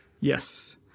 Yes